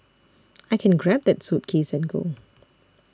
I can grab that suitcase and go